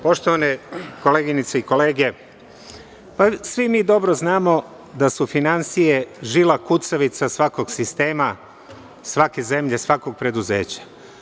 Poštovane koleginice i kolege, svi mi dobro znamo da su finansije žila kucavica svakog sistema svake zemlje, svakog preduzeća.